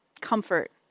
Comfort